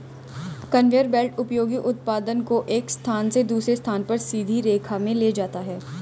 conveyor belt उपयोगी उत्पाद को एक स्थान से दूसरे स्थान पर सीधी रेखा में ले जाता है